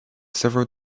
several